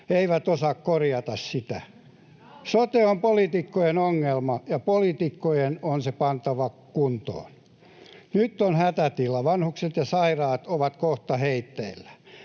eivät osaa korjata sitä. Sote on poliitikkojen ongelma ja poliitikkojen on se pantava kuntoon. Nyt on hätätila: vanhukset ja sairaat ovat kohta heitteillä.